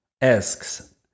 asks